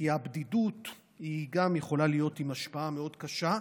הבדידות יכולה להשפיע בצורה קשה.